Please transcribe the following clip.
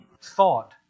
thought